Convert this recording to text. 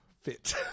fit